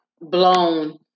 blown